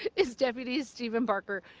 is deputy steven barker.